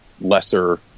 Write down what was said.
lesser